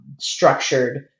structured